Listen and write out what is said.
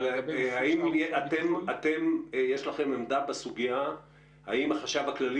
אבל האם יש לכם עמדה בסוגיה אם החשב הכללי